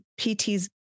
PTs